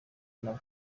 nabo